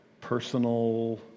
personal